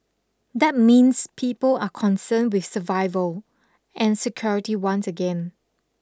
that means people are concerned with survival and security once again